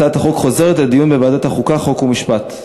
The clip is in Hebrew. הצעת החוק חוזרת לדיון בוועדת החוקה, חוק ומשפט.